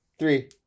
Three